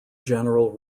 general